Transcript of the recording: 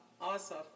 Awesome